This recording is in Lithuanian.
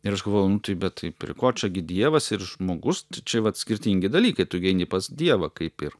ir aš galvodavau nu tai bet tai prie ko čia gi dievas ir žmogus čia vat skirtingi dalykai tu gi eini pas dievą kaip ir